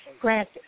Grant